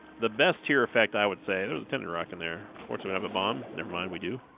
the best tear effect i would say there was a timid rock in their horse we have a bomb never mind we do